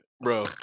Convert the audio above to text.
bro